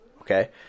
okay